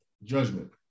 Judgment